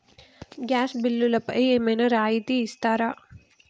Gas బిల్లుపై ఏమైనా రాయితీ ఇస్తారా?